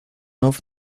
off